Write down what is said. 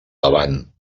davant